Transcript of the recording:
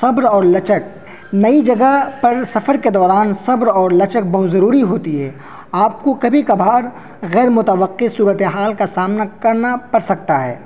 صبر اور لچک نئی جگہ پر سفر کے دوران صبر اور لچک بہت ضروری ہوتی ہے آپ کو کبھی کبھار غیرمتوقع صورت حال کا سامنا کرنا پڑ سکتا ہے